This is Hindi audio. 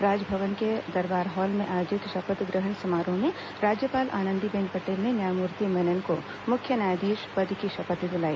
राजभवन के दरबार हॉल में आयोजित शपथ ग्रहण समारोह में राज्यपाल आनंदीबेन पटेल ने न्यायमूर्ति मेनन को मुख्य न्यायाधीश पद की शपथ दिलाई